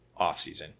offseason